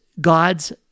God's